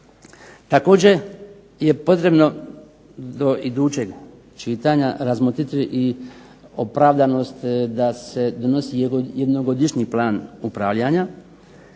Također je potrebno do idućeg čitanja razmotriti i opravdanost da se donosi jednogodišnji plan upravljanja